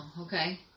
okay